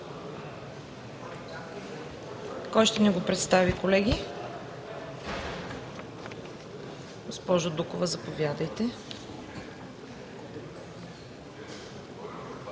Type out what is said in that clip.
Кой ще ни го представи, колеги? Госпожо Дукова, заповядайте.